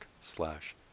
slash